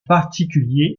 particulier